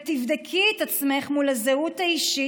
ותבדקי את עצמך מול הזהות האישית,